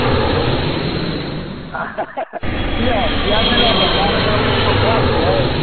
हूँ किआ किआ नहि रहता कार्यक्रम कनिको खराब छियै